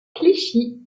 clichy